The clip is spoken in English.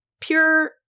pure